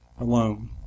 alone